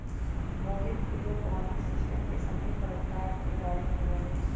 Mohit aeroponics system के सभ्भे परकार के बारे मे जानई छई